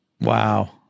Wow